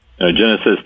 Genesis